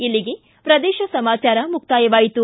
ಇಲ್ಲಿಗೆ ಪ್ರದೇಶ ಸಮಾಚಾರ ಮುಕ್ತಾಯವಾಯಿತು